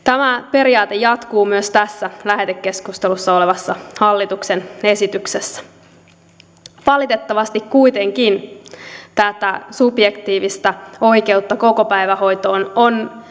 tämä periaate jatkuu myös tässä lähetekeskustelussa olevassa hallituksen esityksessä valitettavasti kuitenkin tätä subjektiivista oikeutta kokopäivähoitoon on